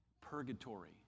purgatory